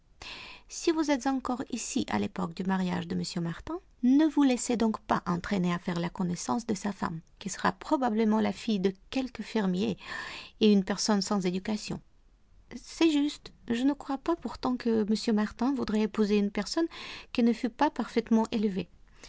si vous êtes encore ici à l'époque du mariage de m martin ne vous laissez donc pas entraîner à faire la connaissance de sa femme qui sera probablement la fille de quelque fermier et une personne sans éducation c'est juste je ne crois pas pourtant que m martin voudrait épouser une personne qui ne fût pas parfaitement élevée